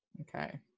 Okay